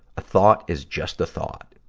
a thought is just a thought.